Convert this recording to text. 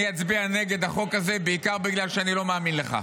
אני אצביע נגד החוק הזה בעיקר בגלל שאני לא מאמין לך.